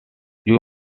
you